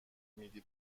میدی